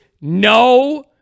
no